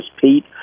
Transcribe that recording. Pete